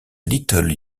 little